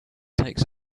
takes